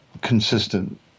consistent